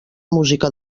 música